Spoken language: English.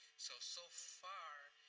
so so far,